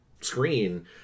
screen